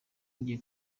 jye